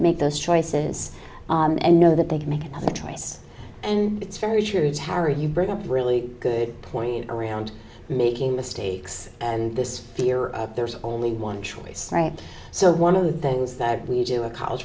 make those choices and know that they can make another choice and it's very curious how are you bring up a really good point around making mistakes and this fear of there's only one choice so one of the things that we do a college